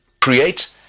Create